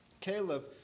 caleb